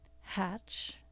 hatch